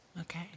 Okay